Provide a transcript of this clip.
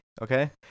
okay